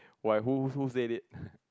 why who who said it